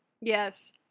Yes